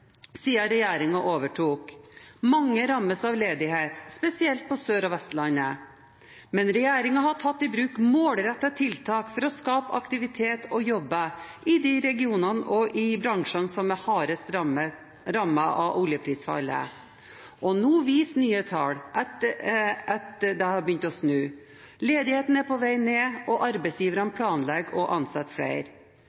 overtok. Mange rammes av ledighet, spesielt på Sør- og Vestlandet, men regjeringen har tatt i bruk målrettede tiltak for å skape aktivitet og jobber i de regionene og bransjene som er hardest rammet av oljeprisfallet. Og nå viser nye tall at det har begynt å snu: Ledigheten er på vei ned, og arbeidsgiverne